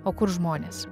o kur žmonės